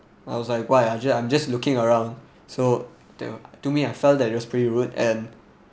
I was like why I'm just I'm just looking around so to me I felt that it was pretty rude and